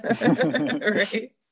Right